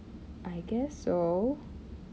I guess so